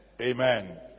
Amen